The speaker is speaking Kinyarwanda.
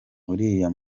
uriya